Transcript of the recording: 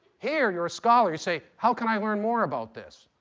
here you're a scholar. you say, how can i learn more about this?